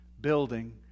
building